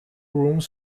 rooms